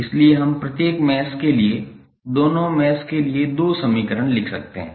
इसलिए हम प्रत्येक मैश के लिए दोनों मैश के लिए दो समीकरण लिख सकते हैं